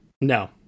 No